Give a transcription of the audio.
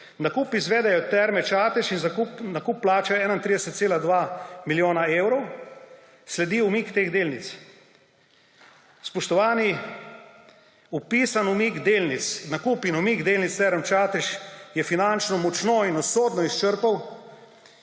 Nakup izvedejo Terme Čatež in nakup plačajo 31,2 milijona evrov, sledi umik teh delnic. Spoštovani, opisani umik delnic, nakup in umik delnic Term Čatež, je finančno močno in usodno izčrpal